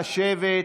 בבקשה לשבת.